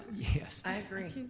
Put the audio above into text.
yes. i agree.